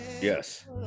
Yes